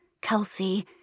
Kelsey